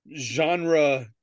Genre